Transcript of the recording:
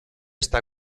está